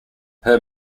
her